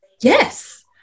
yes